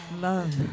love